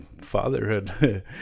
fatherhood